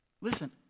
Listen